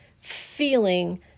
feeling